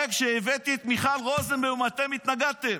הרי כשהבאתי את מיכל רוזנבלום אתם התנגדתם,